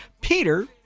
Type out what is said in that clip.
Peter